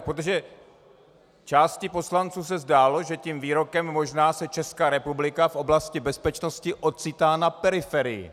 Protože části poslanců se zdálo, že tím výrokem možná se Česká republika v oblasti bezpečnosti ocitá na periferii.